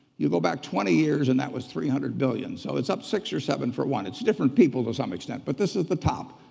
you go back twenty years and that was three hundred billion dollars, so it's up six or seven for one. it's different people to some extent, but this is the top.